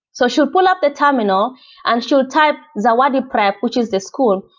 so she'll pull up the terminal and she'll ah type zawadi prep, which is the school.